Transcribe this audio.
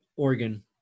Oregon